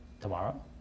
tomorrow